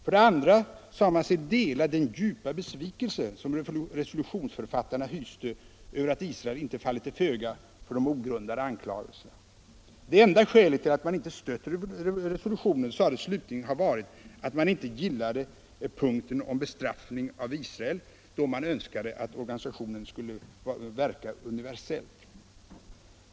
För det andra sade man sig dela den djupa besvikelse som resolutionsförfattarna hyste över att Israel inte fallit till föga för de ogrundade anklagelserna. Det enda skälet till att man inte stött resolutionen sades slutligen ha varit att man inte gillade punkten om bestraffning av Israel, då man önskade att organisationen skulle verka universellt.